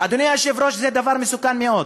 אדוני היושב-ראש, זה דבר מסוכן מאוד.